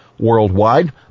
Worldwide